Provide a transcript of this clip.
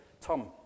Tom